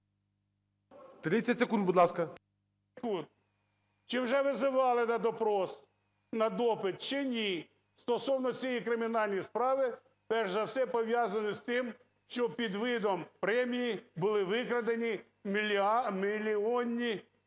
30 секунд, будь ласка. НІМЧЕНКО В.І. …чи вже визивали на допрос, на допит, чи ні, стосовно цієї кримінальної справи, перш за все пов'язаної з тим, що під видом премій були викрадені мільйонні кошти?